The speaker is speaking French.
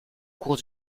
cours